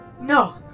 No